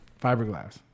Fiberglass